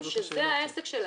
שזה העסק שלהם.